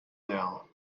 now